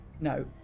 no